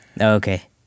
Okay